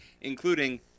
including